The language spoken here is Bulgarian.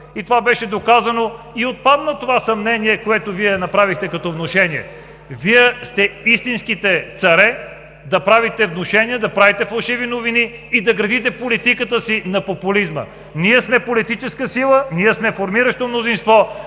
Това беше доказано и съмнението, което направихте като внушение, отпадна. Вие сте истински царе да правите внушения, да правите фалшиви новини и да градите политиката си на популизма. Ние сме политическа сила, ние сме формиращо мнозинство,